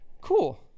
cool